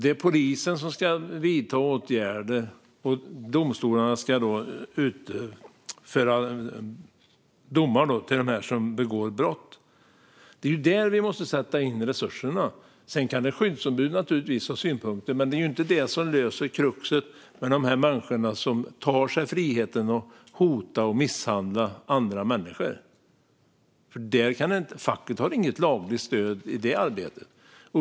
Det är polisen som ska vidta åtgärder, och domstolarna ska utfärda domar till dem som begår brott. Det är där vi måste sätta in resurserna. Sedan kan ett skyddsombud naturligtvis ha synpunkter, men det är inte det som löser kruxet med de människor som tar sig friheten att hota och misshandla andra människor. Facket har inget lagligt stöd i det arbetet.